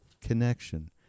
connection